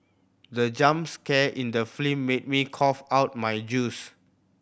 the jump scare in the film made me cough out my juice